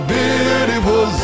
beautiful